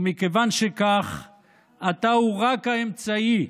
ומכיוון שכך, אתה הוא רק האמצעי,